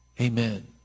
amen